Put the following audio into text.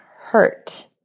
hurt